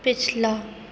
پچھلا